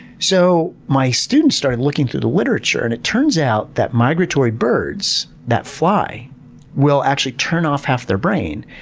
so my students started looking through the literature and it turns out that migratory birds that fly will actually turn off half their brain,